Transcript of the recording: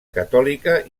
catòlica